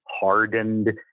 hardened